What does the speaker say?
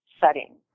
setting